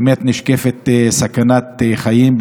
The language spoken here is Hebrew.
באמת נשקפת להם סכנת חיים.